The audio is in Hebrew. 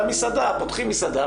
גם מסעדה פותחים מסעדה,